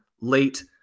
late